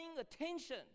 attention